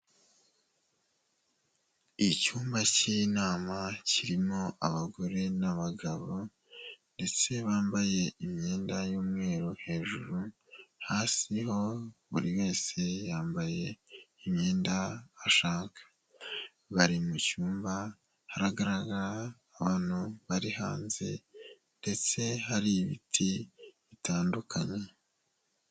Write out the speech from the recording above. Icyumba cy'inama, kirimo abagore n'abagabo ndetse bambaye imyenda y'umweru hejuru, hasi ho buri wese yambaye imyenda ashaka, bari mu cyumba, hagarara abantu bari hanze ndetse hari ibiti bitandukanye.